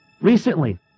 Recently